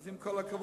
אז עם כל הכבוד,